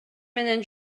менен